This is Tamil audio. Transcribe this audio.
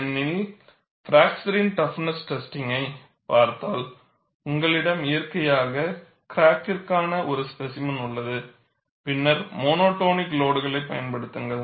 ஏனெனில் பிராக்சரின் டஃப்னெஸ் டெஸ்டிங்கை பார்த்தால் உங்களிடம் இயற்கையாக கிராக்கான ஒரு ஸ்பேசிமென் உள்ளது பின்னர் மோனோடோனிக் லோடுகளைப் பயன்படுத்துங்கள்